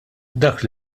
dak